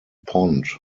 pond